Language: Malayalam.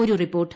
ഒരു റിപ്പോർട്ട്